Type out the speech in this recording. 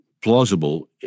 plausible